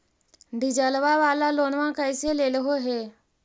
डीजलवा वाला लोनवा कैसे लेलहो हे?